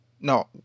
No